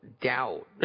doubt